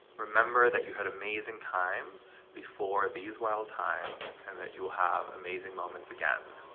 remember that you had amazing times before these wild times, and that you'll have amazing moments again.